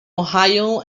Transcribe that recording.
ohio